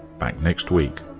back next week